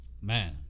man